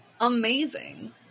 amazing